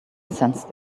sensed